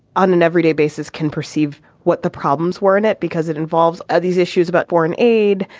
on an everyday basis can perceive what the problems were in it because it involves ah these issues about foreign aid,